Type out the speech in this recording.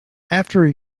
after